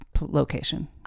location